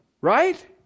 right